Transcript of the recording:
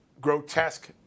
grotesque